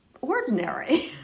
ordinary